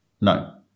No